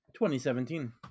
2017